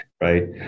right